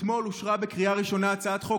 אתמול אושרה בקריאה ראשונה הצעת חוק